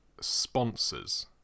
sponsors